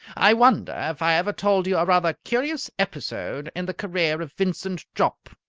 i wonder if i ever told you a rather curious episode in the career of vincent jopp?